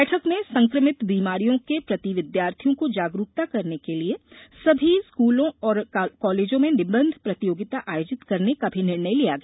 बैठक में संक्रमित बीमारियों के प्रति विद्यार्थियों को जागरूक करने के लिये सभी स्कूलों और कॉलेजों में निबंध प्रतियोगिता आयोजित करनेका भी निर्णय लिया गया